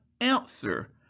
answer